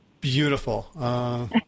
beautiful